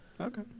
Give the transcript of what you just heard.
Okay